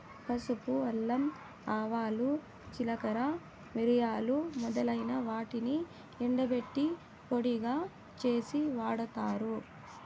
పసుపు, అల్లం, ఆవాలు, జీలకర్ర, మిరియాలు మొదలైన వాటిని ఎండబెట్టి పొడిగా చేసి వాడతారు